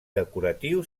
decoratiu